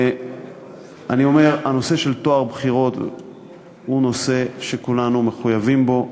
אני אומר שהנושא של טוהר בחירות הוא נושא שכולנו מחויבים בו.